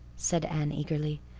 said anne eagerly.